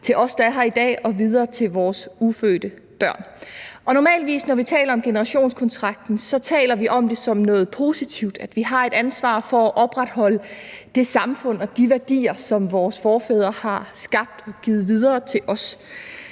til os, der er her i dag, og videre til vores ufødte børn. Normalt når vi taler om generationskontrakten, taler vi om det som noget positivt, nemlig at vi har et ansvar for at opretholde det samfund og de værdier, som vores forfædre har skabt og givet videre til os.